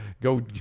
Go